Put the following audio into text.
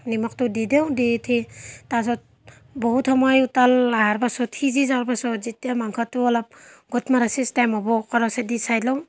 নিমখটো দিওঁ দি উঠি তাৰ পাছত বহুত সময় উতল অহাৰ পাছত সিঁজি যোৱাৰ পাছত যেতিয়া মাংসটো অলপ গোট মৰাৰ ছিষ্টেম হ'ব কৰছেদি চাই লওঁ